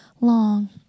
long